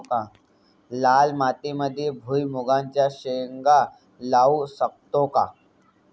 लाल मातीमध्ये भुईमुगाच्या शेंगा लावू शकतो का?